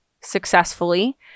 successfully